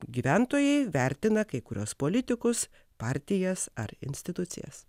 gyventojai vertina kai kuriuos politikus partijas ar institucijas